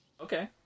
Okay